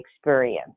experience